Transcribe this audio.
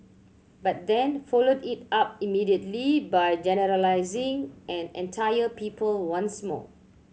but then followed it up immediately by generalising an entire people once more